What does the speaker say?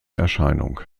erscheinung